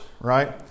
right